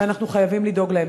ואנחנו חייבים לדאוג להם.